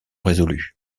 résolus